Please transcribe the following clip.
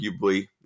arguably